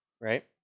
Right